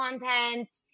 content